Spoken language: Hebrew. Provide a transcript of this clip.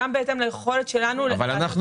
זה בדיוק מהסיבות שעלו כאן, לא רצינו